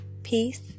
Peace